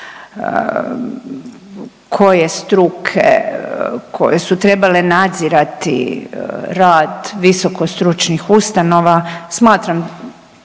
koje struke, koje su trebale nadzirati rad visoko stručnih ustanova smatram